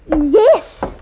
yes